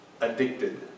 addicted